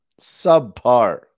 subpar